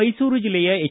ಮೈಸೂರು ಜಿಲ್ಲೆಯ ಎಚ್